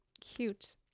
cute